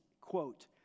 quote